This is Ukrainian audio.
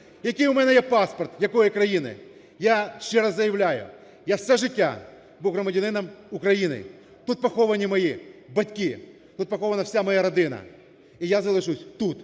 який у мене є паспорт, якої країни. Я ще раз заявляю. Я все життя був громадянином України. Тут поховані мої батьки, тут похована вся моя родина. І я залишусь тут,